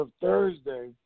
Thursday